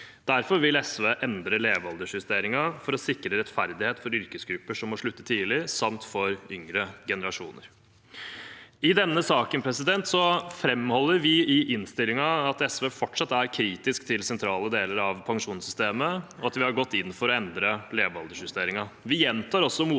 Derfor vil SV endre levealdersjusteringen for å sikre rettferdighet for yrkesgrupper som må slutte tidlig, samt for yngre generasjoner. I denne saken framholder vi i innstillingen at SV fortsatt er kritisk til sentrale deler av pensjonssystemet, og at vi har gått inn for å endre levealdersjusteringen. Vi gjentar også motstanden